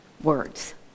words